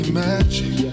magic